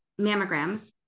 mammograms